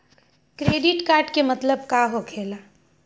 Credit card के मतलब का होकेला?